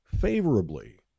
Favorably